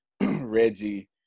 Reggie